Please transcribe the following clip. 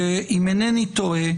אם אינני טועה,